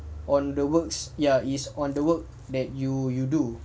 on the works ya is on the work that you do